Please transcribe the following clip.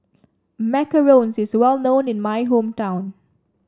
Macarons is well known in my hometown